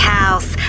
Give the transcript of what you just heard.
house